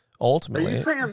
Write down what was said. ultimately